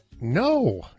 no